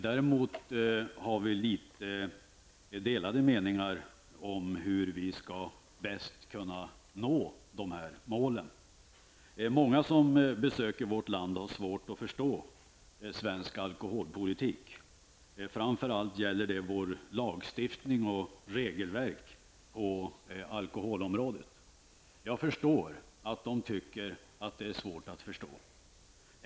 Däremot har vi litet delade meningar om hur vi bäst skall kunna nå de uppsatta målen. Många som besöker vårt land har svårt att förstå svensk alkoholpolitik. Framför allt gäller det våra lagar och regelverk på alkoholområdet. Jag förstår att de tycker att det är svårt att förstå.